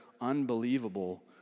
unbelievable